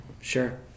Sure